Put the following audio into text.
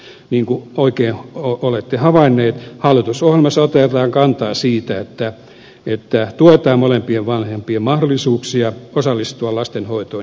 niin kuin oikein olette havainneet hallitusohjelmassa otetaan kantaa siihen että tuetaan molempien vanhempien mahdollisuuksia osallistua lastenhoitoon ja työelämään